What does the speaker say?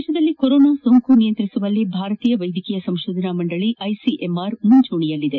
ದೇಶದಲ್ಲಿ ಕೊರೋನಾ ಸೋಂಕು ನಿಯಂತ್ರಿಸುವಲ್ಲಿ ಭಾರತೀಯ ವೈದ್ಯಕೀಯ ಸಂಕೋಧನಾ ಮಂಡಳಿ ಐಸಿಎಂಆರ್ ಮುಂಚೂಣಿಯಲ್ಲಿದೆ